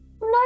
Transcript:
No